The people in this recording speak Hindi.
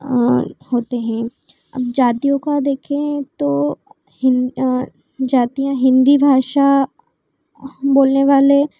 होते हैं अब जातियों का देखें तो हिंद जातियाँ हिंदी भाषा बोलने वाले